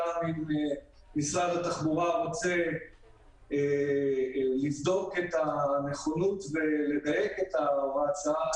אם משרד התחבורה רוצה לדייק את הוראת השעה,